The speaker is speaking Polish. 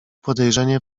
podejrzenie